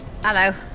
Hello